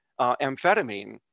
amphetamine